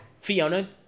Fiona